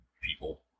people